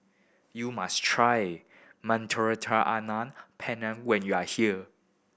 you must try Mediterranean Penne when you are here